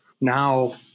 now